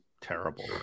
terrible